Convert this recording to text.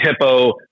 Hippo